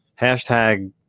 hashtag